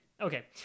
Okay